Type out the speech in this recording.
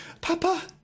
Papa